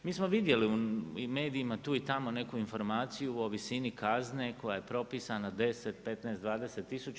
Mi smo vidjeli u medijima tu i tamo neku informaciju o visini kazne koja je propisana 10, 15, 20000.